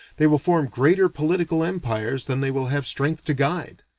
they will form greater political empires than they will have strength to guide.